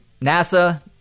NASA